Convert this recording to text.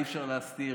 אי-אפשר להסתיר,